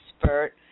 expert